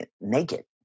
naked